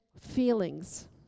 feelings